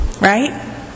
right